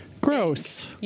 Gross